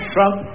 Trump